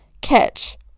catch